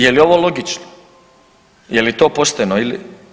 Je li ovo logično, je li to pošteno ili?